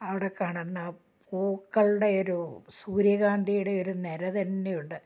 അവിടെ കാണുന്ന പൂക്കളുടെ ഒരു സൂര്യകാന്തിയുടെ ഒരു നിര തന്നെ ഉണ്ട്